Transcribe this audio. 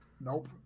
Nope